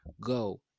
go